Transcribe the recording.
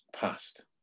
past